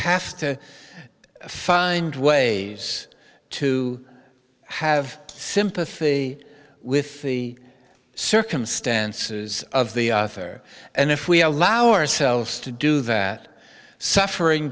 have to find ways to have sympathy with the circumstances of the author and if we allow ourselves to do that suffering